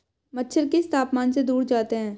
मच्छर किस तापमान से दूर जाते हैं?